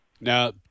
Now